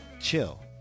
chill